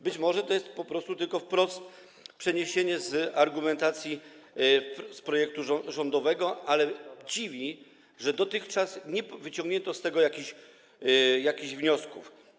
Być może jest to tylko wprost przeniesienie z argumentacji z projektu rządowego, ale dziwi, że dotychczas nie wyciągnięto z tego jakichś wniosków.